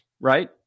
right